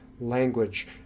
language